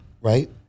right